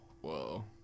Whoa